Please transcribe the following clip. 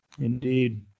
indeed